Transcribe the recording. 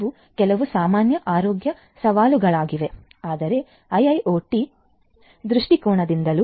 ಇವು ಕೆಲವು ಸಾಮಾನ್ಯ ಆರೋಗ್ಯ ಸವಾಲುಗಳಾಗಿವೆ ಆದರೆ IIoT ದೃಷ್ಟಿಕೋನದಿಂದಲೂ